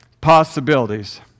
possibilities